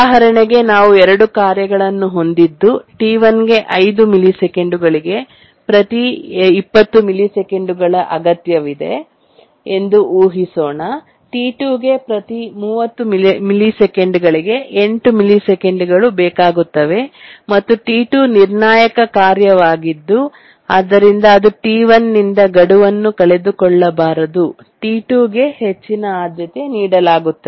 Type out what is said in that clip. ಉದಾಹರಣೆಗೆ ನಾವು 2 ಕಾರ್ಯಗಳನ್ನು ಹೊಂದಿದ್ದು T1 ಗೆ 5 ಮಿಲಿ ಸೆಕೆಂಡುಗಳಿಗೆ ಪ್ರತಿ 20 ಮಿಲಿಸೆಕೆಂಡುಗಳ ಅಗತ್ಯವಿದೆ ಎಂದು ಊಹಿಸೋಣ T2 ಗೆ ಪ್ರತಿ 30 ಮಿಲಿಸೆಕೆಂಡುಗಳಿಗೆ 8 ಮಿಲಿಸೆಕೆಂಡುಗಳು ಬೇಕಾಗುತ್ತವೆ ಮತ್ತು T2 ನಿರ್ಣಾಯಕ ಕಾರ್ಯವಾಗಿದ್ದು ಆದ್ದರಿಂದ ಅದು T1 ನಿಂದ ಗಡುವನ್ನು ಕಳೆದುಕೊಳ್ಳಬಾರದು T2 ಗೆ ಹೆಚ್ಚಿನ ಆದ್ಯತೆ ನೀಡಲಾಗುತ್ತದೆ